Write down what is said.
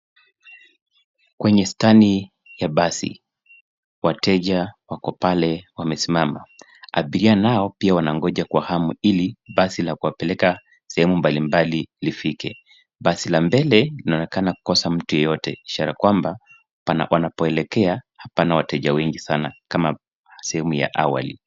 Kwenye stani ya basi. Wateja wako pale wamesimama. Abiria nao pia wanagoja kwa hawa ili basi la kuwapeleka sehemu mbalimbali lifike. Basi la mbele linaonekana kukosa mtu yeyote ishara kwamba wanapoelekea hapana wateja wengi sana kama sehemu ya awali.